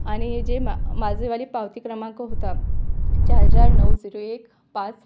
आणि जे मा माझेवाली पावती क्रमांक होता चार चार नऊ झिरो एक पाच